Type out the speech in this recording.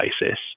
basis